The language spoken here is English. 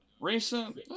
Recent